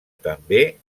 també